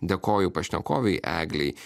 dėkoju pašnekovei eglei